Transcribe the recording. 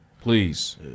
Please